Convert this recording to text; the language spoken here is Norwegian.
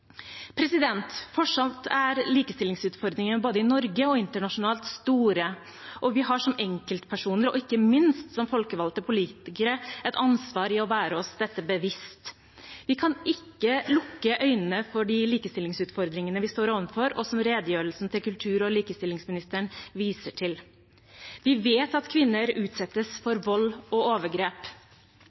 Fortsatt er likestillingsutfordringene store både i Norge og internasjonalt. Vi har som enkeltpersoner og ikke minst som folkevalgte politikere et ansvar for å være oss dette bevisst. Vi kan ikke lukke øynene for de likestillingsutfordringene vi står overfor, og som redegjørelsen til kultur- og likestillingsministeren viser til. Vi vet at kvinner utsettes for vold og overgrep.